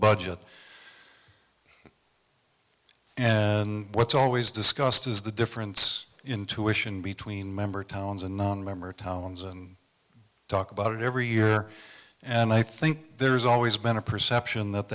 budget and what's always discussed is the difference in tuition between member towns and nonmember tollens and talk about it every year and i think there's always been a perception that